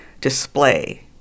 display